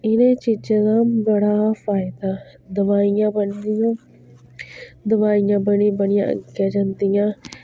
इनें चीजें दा बड़ा फायदा दवाइयां बनदियां दवाइयां बनी बनी अग्गें जंदियां